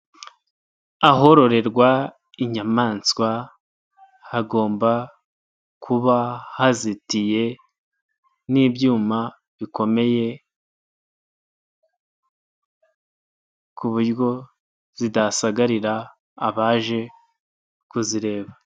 Ahororerwa inyamaswa hagomba kuba hazitiye n'ibyuma bikomeye ku buryo zidasagarira abaje kuzireba.